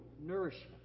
nourishment